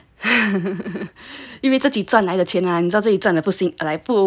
yeah yeah 因为自己赚来的钱呢 like 你知道自己赚来